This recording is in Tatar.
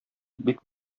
бик